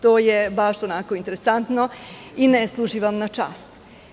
To je baš interesantno i ne služi vam na čast.